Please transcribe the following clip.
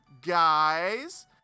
guys